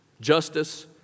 Justice